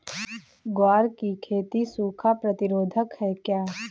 ग्वार की खेती सूखा प्रतीरोधक है क्या?